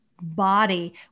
body